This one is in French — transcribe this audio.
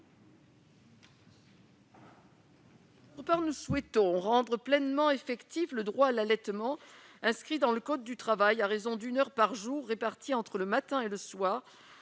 Nous souhaitons rendre pleinement effectif le droit à l'allaitement inscrit dans le code du travail, à raison d'une heure par jour répartie entre le matin et le soir,